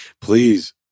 Please